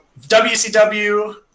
WCW